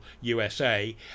USA